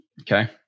Okay